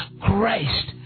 Christ